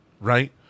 right